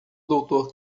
doutor